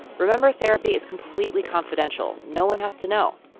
remember therapy is completely confidential. no one has to know.